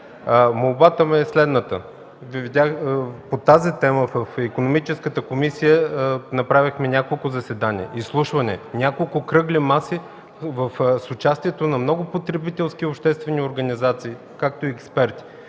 Молбата ми е следната. По тази тема в Икономическата комисия направихме няколко заседания, изслушване, няколко кръгли маси с участието на много потребителски и обществени организации, както и експерти.